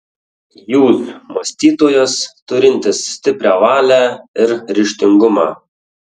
jūs mąstytojas turintis stiprią valią ir ryžtingumą